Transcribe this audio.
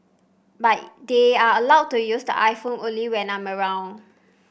but they are allowed to use the iPhone only when I'm around